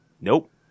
Nope